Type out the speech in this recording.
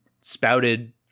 spouted